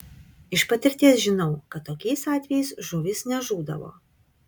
iš patirties žinau kad tokiais atvejais žuvys nežūdavo